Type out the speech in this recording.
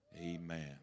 Amen